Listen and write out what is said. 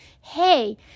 Hey